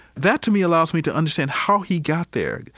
that to me allows me to understand how he got there.